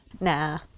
Nah